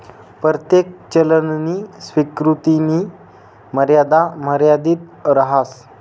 परतेक चलननी स्वीकृतीनी मर्यादा मर्यादित रहास